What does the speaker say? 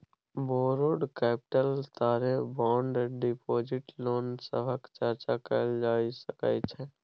borrowed capital तरे bond deposit loan सभक चर्चा कएल जा सकइ छै